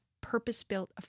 purpose-built